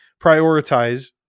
prioritize